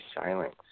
silence